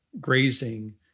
grazing